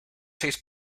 seis